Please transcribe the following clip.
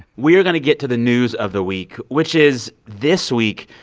we're going to get to the news of the week, which is, this week,